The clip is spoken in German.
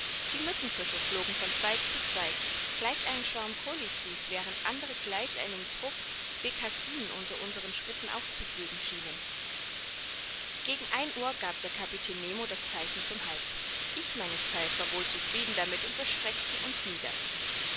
die mückenfische flogen von zweig zu zweig gleich einem schwarm colibris während andere gleich einem trupp becassinen unter unseren schritten aufzufliegen schienen gegen ein uhr gab der kapitän nemo das zeichen zum halt ich meines theils war wohl zufrieden damit und wir streckten uns nieder